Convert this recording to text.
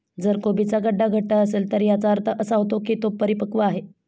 जर कोबीचा गड्डा घट्ट असेल तर याचा अर्थ असा होतो की तो परिपक्व आहे